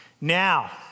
Now